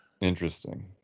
Interesting